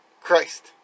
Christ